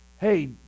Hey